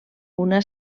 una